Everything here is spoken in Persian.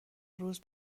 روز